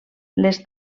les